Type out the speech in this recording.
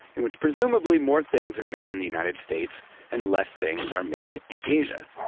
in which presumably, more things are made in the united states and less things are made in asia.